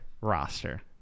roster